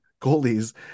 goalies